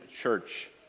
Church